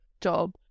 job